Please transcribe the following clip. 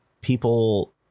people